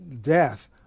death